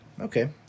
Okay